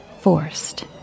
forced